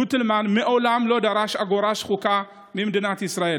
גוטלמן מעולם לא דרש אגורה שחוקה ממדינת ישראל.